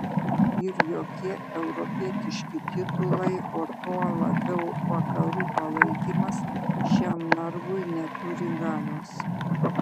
ir jokie europietiški titulai o tuo labiau vakarų palaikymas šiam narvui neturi galios